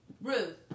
Ruth